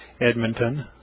Edmonton